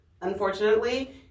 Unfortunately